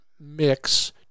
mix